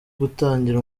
gutangira